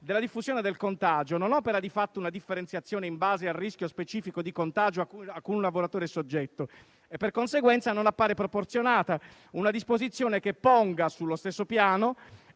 della diffusione del contagio - non opera difatti una differenziazione in base al rischio specifico di contagio a cui ciascun lavoratore è soggetto, e per conseguenza non appare proporzionata una disposizione che ponga sullo stesso piano